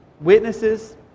witnesses